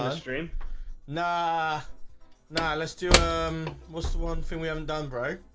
um dream. nah now let's do um, what's the one thing we haven't done bro?